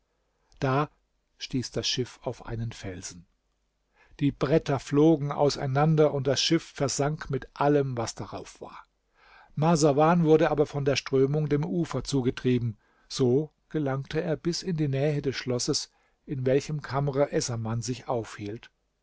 da stieß das schiff auf einen felsen die bretter flogen auseinander und das schiff versank mit allem was darauf war marsawan wurde aber von der strömung dem ufer zugetrieben so gelangte er bis in die nähe des schlosses in welchem kamr essaman sich aufhielt